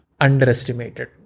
underestimated